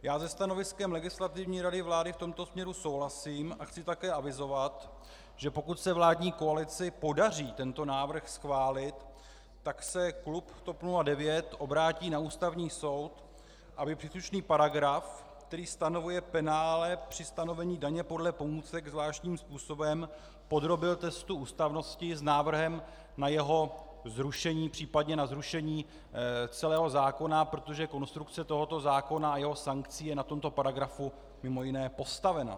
Já se stanoviskem Legislativní rady vlády v tomto směru souhlasím a chci také avizovat, že pokud se vládní koalici podaří tento návrh schválit, tak se klub TOP 09 obrátí na Ústavní soud, aby příslušný paragraf, který stanovuje penále při stanovení daně podle pomůcek zvláštním způsobem, podrobil testu ústavnosti s návrhem na jeho zrušení, případně na zrušení celého zákona, protože konstrukce tohoto zákona a jeho sankcí je na tomto paragrafu mimo jiné postavena.